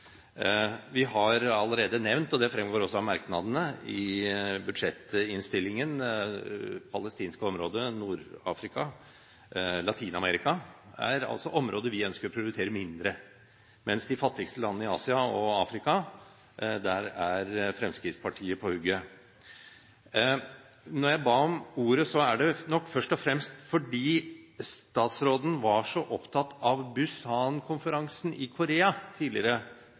Vi har allerede nevnt, og det fremgår også av merknadene i budsjettinnstillingen, de palestinske områdene, Nord-Afrika og Latin-Amerika, som altså er områder vi ønsker å prioritere mindre, men når det gjelder de fattigste landene i Asia og i Afrika, er Fremskrittspartiet på hugget. Når jeg ba om ordet, er det nok først og fremst fordi statsråden var så opptatt av Busan-konferansen i Korea tidligere